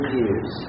years